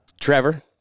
Trevor